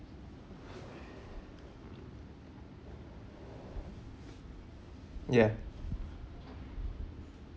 ya